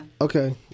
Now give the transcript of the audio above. Okay